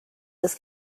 was